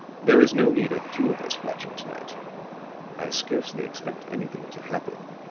there is no need of two of us watching to-night i scarcely expect anything to happen.